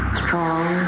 strong